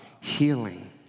healing